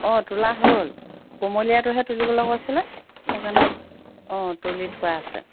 অঁ তোলা হ'ল কুমলীয়াটোহে তুলিবলৈ কৈছিলে সেইকাৰণে অঁ তুলি থোৱা আছে